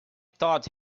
thought